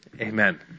Amen